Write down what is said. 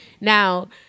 Now